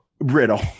Riddle